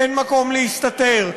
אין מקום להסתתר,